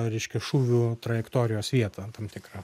reiškia šūvių trajektorijos vietą tam tikrą